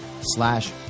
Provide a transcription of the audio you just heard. slash